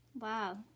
Wow